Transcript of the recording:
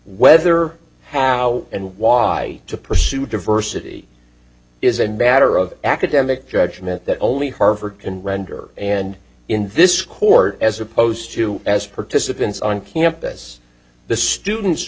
whether how and why to pursue diversity is a matter of academic judgment that only harvard can render and in this court as opposed to as participants on campus the students